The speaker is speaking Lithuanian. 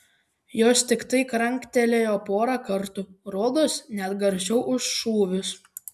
jos tiktai kranktelėjo porą kartų rodos net garsiau už šūvius